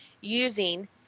using